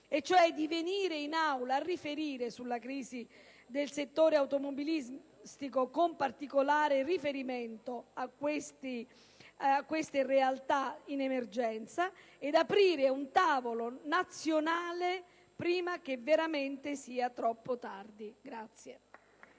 cioè di venire in Aula a riferire sulla crisi del settore automobilistico, con particolare riferimento a queste realtà in emergenza, e di aprire un tavolo nazionale prima che veramente sia troppo tardi.